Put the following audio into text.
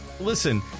listen